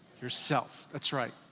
yourself. that's right